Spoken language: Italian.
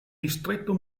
distretto